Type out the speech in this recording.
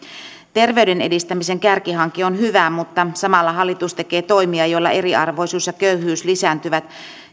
terveyden edistämisen kärkihanke on hyvä mutta samalla hallitus tekee toimia joilla eriarvoisuus ja köyhyys lisääntyvät